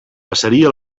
passaria